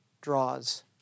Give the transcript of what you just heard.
draws